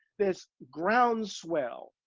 this groundswell,